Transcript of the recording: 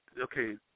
okay